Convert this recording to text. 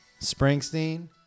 Springsteen